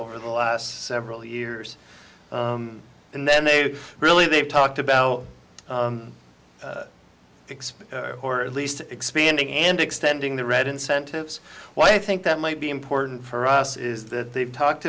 over the last several years and then they've really they've talked about expand or at least expanding and extending the red incentives well i think that might be important for us is that they've talked